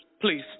please